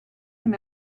him